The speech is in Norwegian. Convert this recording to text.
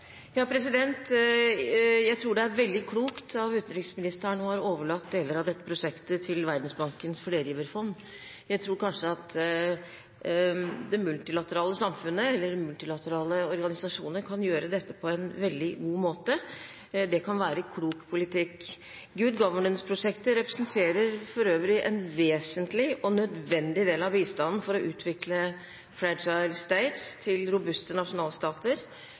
Jeg tror det er veldig klokt av utenriksministeren å ha overlatt deler av dette prosjektet til Verdensbankens flergiverfond. Jeg tror kanskje at multilaterale organisasjoner kan gjøre dette på en veldig god måte. Det kan være klok politikk. «Good Government»-prosjektet representerer for øvrig en vesentlig og nødvendig del av bistanden for å utvikle «fragile states» til robuste nasjonalstater.